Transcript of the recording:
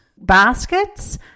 baskets